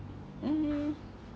uh